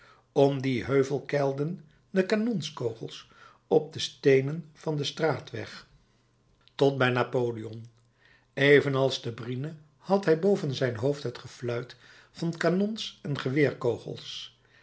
om dien heuvel keilden de kanonskogels op de steenen van den straatweg tot bij napoleon evenals te brienne had hij boven zijn hoofd het gefluit van kanons en